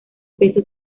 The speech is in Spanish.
peso